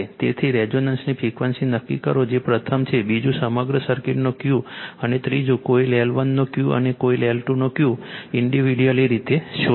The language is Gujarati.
તેથી રેઝોનન્સની ફ્રિક્વન્સી નક્કી કરો જે પ્રથમ છે બીજું સમગ્ર સર્કિટનો Q અને 3જું કોઇલ L1 નો Q અને કોઇલ L2 નો Q ઇન્ડિવિડ્યુઅલી રીતે શોધો